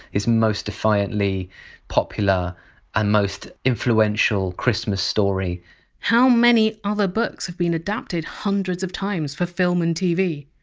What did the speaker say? his most defiantly popular and most influential christmas story how many other books have been adapted hundreds of times for film and tv?